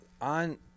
on